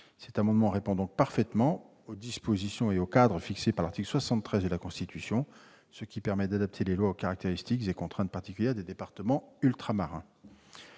L'amendement répond donc parfaitement aux dispositions et au cadre fixé par l'article 73 de la Constitution, qui permet d'adapter les lois aux caractéristiques et contraintes particulières des départements ultramarins.